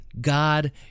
God